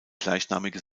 gleichnamige